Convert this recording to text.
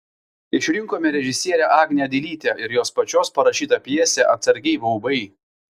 išrinkome režisierę agnę dilytę ir jos pačios parašytą pjesę atsargiai baubai